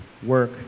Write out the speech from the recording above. work